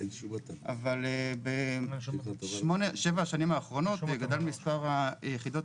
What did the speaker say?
אבל בשבע השנים האחרונות גדל מספר היחידות